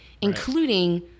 Including